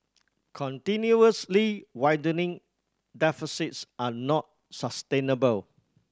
continuously widening deficits are not sustainable